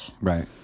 right